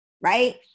right